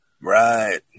Right